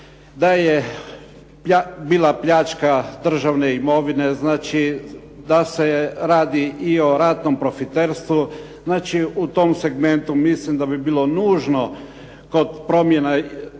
da je bila pljačka državne imovine, znači da se radi i o ratnom profiterstvu, znači u tom segmentu mislim da bi bilo nužno kod promjena Ustava